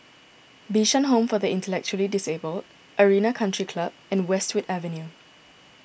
Bishan Home for the Intellectually Disabled Arena Country Club and Westwood Avenue